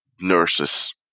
nurses